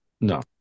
no